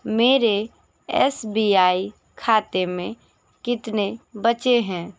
मेरे S B I खाते में कितने बचे हैं